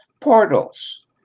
portals